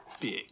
Big